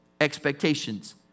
expectations